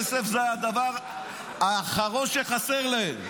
כסף זה הדבר האחרון שחסר להם,